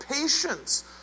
patience